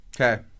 Okay